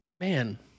Man